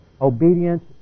obedience